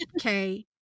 okay